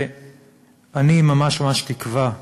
אני ממש מקווה,